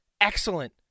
excellent